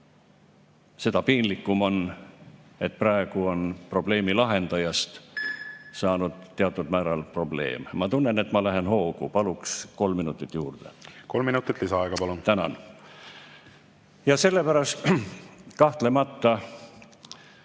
Seda piinlikum on, et praegu on probleemi lahendajast saanud teatud määral probleem. Ma tunnen, et ma lähen hoogu, paluks kolm minutit juurde. Kolm minutit lisaaega, palun! Tänan! Ja sellepärast kahtlemata